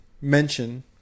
mention